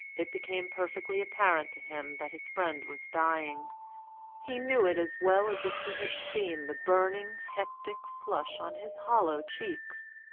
it became perfectly apparent to him that his friend was dying he knew it as well as if he had seen the burning hectic flush on his hollow cheeks,